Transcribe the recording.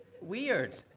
Weird